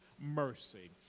mercy